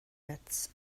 nets